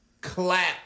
Clap